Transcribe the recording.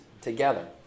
together